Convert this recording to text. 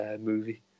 movie